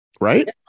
right